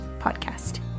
podcast